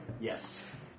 Yes